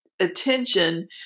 attention